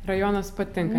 rajonas patinka